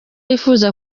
yifuza